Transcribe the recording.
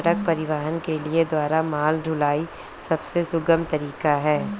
सड़क परिवहन के द्वारा माल ढुलाई सबसे सुगम तरीका है